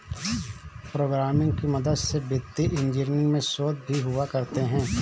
programming की मदद से वित्तीय इन्जीनियरिंग में शोध भी हुआ करते हैं